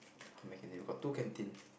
oh we got two canteen